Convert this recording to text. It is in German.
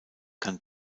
kann